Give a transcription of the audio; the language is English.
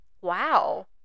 Wow